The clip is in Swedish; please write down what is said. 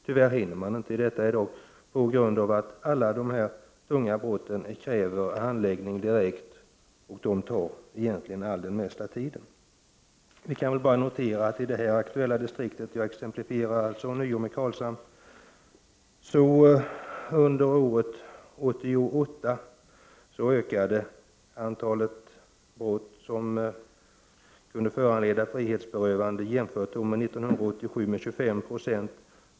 Tyvärr hinner de inte med detta i dag på grund av att alla de tunga brotten kräver handläggning direkt och att dessa egentligen tar den största delen av tiden. Vi kan notera att i det nu aktuella distriktet, Karlshamn, ökade under 1988 antalet brott som kunde föranleda frihetsberövande jämfört med 1987 med 25 90.